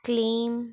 claim